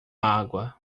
água